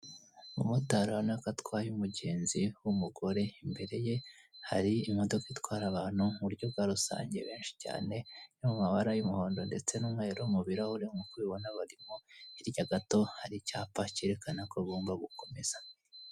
Umumotari urabona ko atwaye umugenzi w'umugore, imbere ye hari imodoka itwara abantu mu buryo bwa rusange benshi cyane iri mu mabara y'umuhondo ndetse n'umweru mu birahure uri kubibona ko barimo, hirya gato hari icyapa cyerekana ko agomba gukomeza.